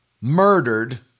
murdered